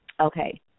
Okay